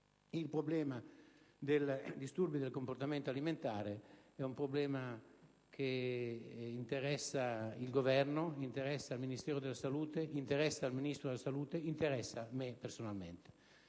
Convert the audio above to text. Il problema dei disturbi del comportamento alimentare interessa il Governo, interessa il Ministero della salute, interessa il Ministro della salute, interessa me personalmente.